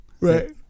right